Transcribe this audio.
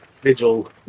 vigil